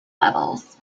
levels